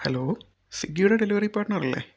hello സ്വിഗ്ഗിയുടെ delivery partner അല്ലേ